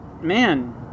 man